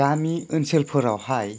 गामि ओनसोलफोरावहाय